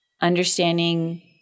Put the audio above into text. understanding